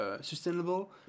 sustainable